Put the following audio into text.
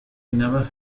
never